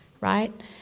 Right